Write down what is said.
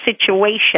situation